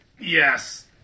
Yes